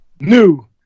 New